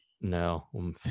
No